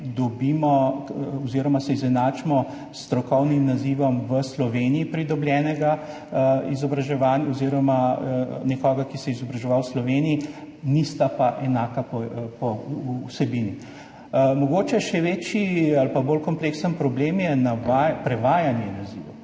nazivov mogoče izenačimo s strokovnim nazivom v Sloveniji pridobljenega izobraževanja oziroma nekoga, ki se je izobraževal v Sloveniji, nista pa enaka po vsebini. Mogoče še večji ali pa bolj kompleksen problem je prevajanje nazivov.